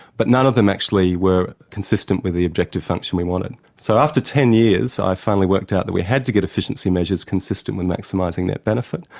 but none of them actually were consistent with the objective function we wanted. so after ten years i finally worked out that we had to get efficiency measures consistent with maximising the net benefit.